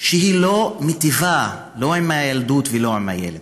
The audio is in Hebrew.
שהיא לא מיטיבה, לא עם הילדות ולא עם הילד,